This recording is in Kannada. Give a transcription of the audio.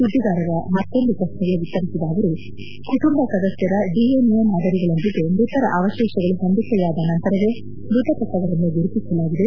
ಸುದ್ದಿಗಾರರ ಮತ್ತೊಂದು ಪ್ರಶ್ನೆಗೆ ಉತ್ತರಿಸಿದ ಅವರು ಕುಟುಂಬ ಸದಸ್ನರ ಡಿಎನ್ಎ ಮಾದರಿಗಳೊಂದಿಗೆ ಮೃತರ ಅವಶೇಷಗಳು ಹೊಂದಿಕೆಯಾದ ನಂತರವೇ ಮೃತಪಟ್ಟವರನ್ನು ಗುರುತಿಸಲಾಗಿದೆ